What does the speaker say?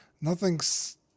nothing's